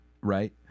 right